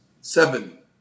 Seven